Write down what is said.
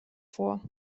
vor